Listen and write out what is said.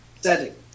setting